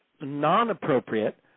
non-appropriate